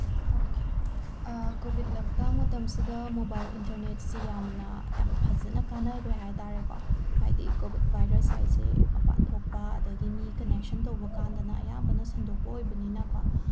okay Covid lockdown ꯃꯇꯝꯁꯤꯗ mobile ꯏꯟꯇꯔꯅꯦꯠꯁꯤ ꯌꯥꯝꯅ ꯌꯥꯝ ꯐꯖꯅ ꯀꯥꯟꯅꯈ꯭ꯔꯦ ꯍꯥꯏꯇꯥꯔꯦꯀꯣ ꯍꯥꯏꯗꯤ ꯀꯣꯚꯤꯗ ꯚꯥꯏꯔꯁ ꯍꯥꯏꯁꯦ ꯃꯄꯥꯟ ꯊꯣꯛꯄ ꯑꯗꯒꯤ ꯃꯤ ꯀꯅꯦꯛꯁꯟ ꯇꯧꯕ ꯀꯥꯟꯗꯅ ꯑꯌꯥꯝꯕꯅ ꯁꯟꯗꯣꯛꯄ ꯑꯣꯏꯕꯅꯤꯅꯀꯣ